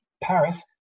Paris